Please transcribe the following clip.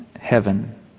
heaven